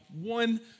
one